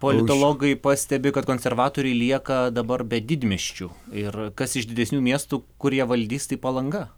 politologai pastebi kad konservatoriai lieka dabar be didmiesčių ir kas iš didesnių miestų kur jie valdys tai palanga